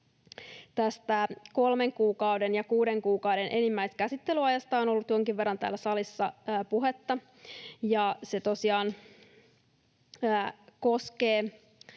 Tästä kolmen kuukauden ja kuuden kuukauden enimmäiskäsittelyajasta on ollut jonkin verran täällä salissa puhetta, ja se tosiaan koskee